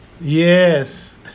Yes